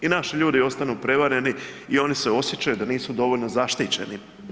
I naši ljudi ostanu prevareni i oni se osjećaju da nisu dovoljno zaštićeni.